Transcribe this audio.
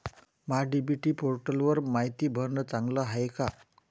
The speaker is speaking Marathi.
महा डी.बी.टी पोर्टलवर मायती भरनं चांगलं हाये का?